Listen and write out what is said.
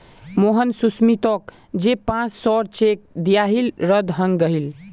मोहन सुमीतोक जे पांच सौर चेक दियाहिल रद्द हंग गहील